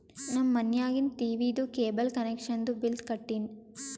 ನಮ್ ಮನ್ಯಾಗಿಂದ್ ಟೀವೀದು ಕೇಬಲ್ ಕನೆಕ್ಷನ್ದು ಬಿಲ್ ಕಟ್ಟಿನ್